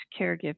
caregiving